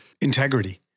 integrity